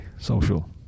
social